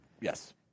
Yes